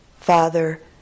father